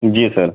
جی سر